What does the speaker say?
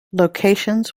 locations